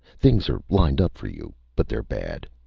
things are lined up for you, but they're bad!